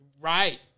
Right